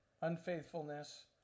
Unfaithfulness